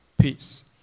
peace